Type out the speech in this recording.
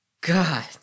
God